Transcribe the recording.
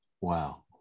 Wow